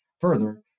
further